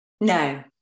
No